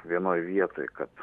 vienoj vietoj kad